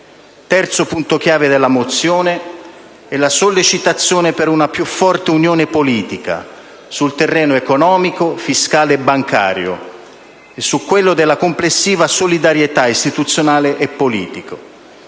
Terzo punto chiave della proposta di risoluzione è la sollecitazione per una più forte Unione politica, sul terreno economico, fiscale e bancario e su quello della complessiva solidarietà istituzionale e politica.